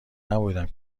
نبودم